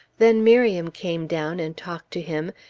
then miriam came down and talked to him,